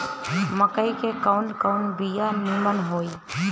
मकई के कवन कवन बिया नीमन होई?